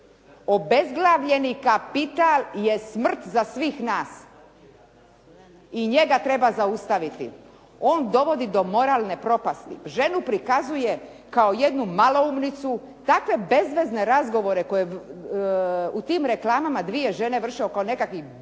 Obezglavljeni kapital je smrt za sve nas i njega treba zaustaviti. On dovodi do moralne propasti. Ženu prikazuje kao jednu maloumnicu. Takve bezvezne razgovore koje u tim reklamama dvije žene vrše oko nekakvih bezveznih